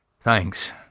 Thanks